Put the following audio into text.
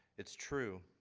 it's true.